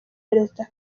perezida